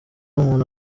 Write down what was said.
umuntu